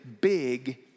big